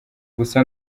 gusa